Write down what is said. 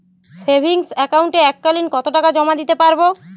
Savings একাউন্টে এক কালিন কতটাকা জমা দিতে পারব?